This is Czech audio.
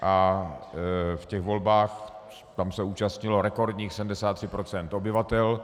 A v těch volbách se účastnilo rekordních 73 % obyvatel.